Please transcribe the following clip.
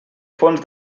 fons